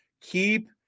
Keep